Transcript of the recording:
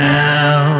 now